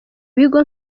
bigo